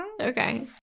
Okay